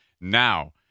now